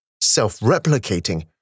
self-replicating